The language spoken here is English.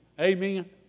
Amen